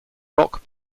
rock